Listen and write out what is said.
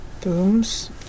booms